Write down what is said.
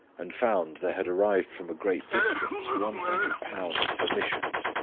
and found there had arrived from a great distance one hundred pounds for missions,